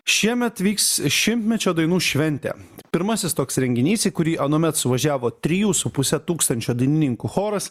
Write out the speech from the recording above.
šiemet vyks šimtmečio dainų šventė pirmasis toks renginys į kurį anuomet suvažiavo trijų su puse tūkstančio dainininkų choras